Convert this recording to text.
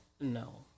No